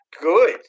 good